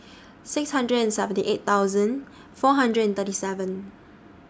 six hundred and seventy eight thousand four hundred and thirty seven